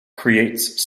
creates